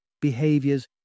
behaviors